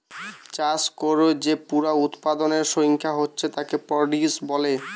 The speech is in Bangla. চাষ কোরে যে পুরা উৎপাদনের সংখ্যা হচ্ছে তাকে প্রডিউস বলে